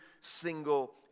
single